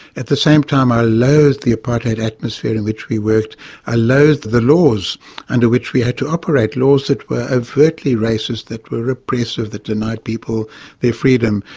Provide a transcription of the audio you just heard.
at the same time, i loathed the apartheid atmosphere in which we worked i loathed the laws under which we had to operate, laws that were overtly racist that were repressive, that denied people their freedom.